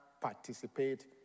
participate